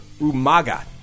Umaga